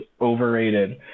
overrated